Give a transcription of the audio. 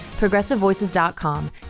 ProgressiveVoices.com